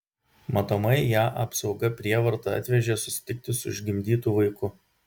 matomai ją apsauga prievarta atvežė susitikti su išgimdytu vaiku